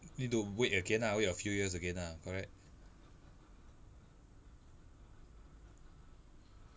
need to wait again ah wait a few years again ah correct